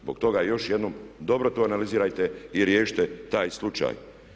Zbog toga još jednom dobro to analizirajte i riješite taj slučaj.